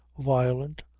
violent,